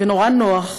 ונורא נוח,